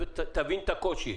תבין את הקושי.